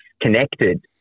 connected